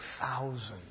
thousands